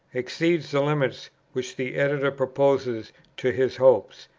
exceeds the limits which the editor proposes to his hopes,